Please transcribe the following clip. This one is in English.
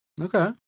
Okay